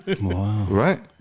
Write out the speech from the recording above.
right